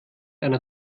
einer